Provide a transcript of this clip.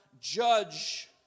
judge